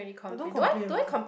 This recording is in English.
I don't complain a lot